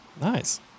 Nice